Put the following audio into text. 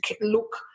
look